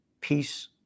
peace